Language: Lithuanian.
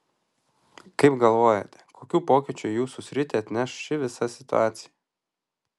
kaip galvojate kokių pokyčių į jūsų sritį atneš ši visa situacija